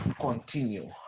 continue